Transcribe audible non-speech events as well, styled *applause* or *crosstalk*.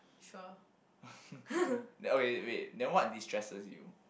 sure *laughs*